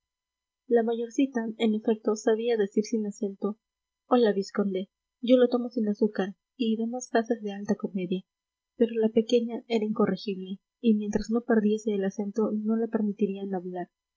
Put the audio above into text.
la mayorcita en efecto sabía decir sin acento hola vizconde yo lo tomo sin azúcar y demás frases de alta comedia pero la pequeña era incorregible y mientras no perdiese el acento no la permitirían hablar